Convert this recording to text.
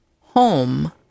home